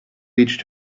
reach